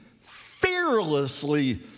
fearlessly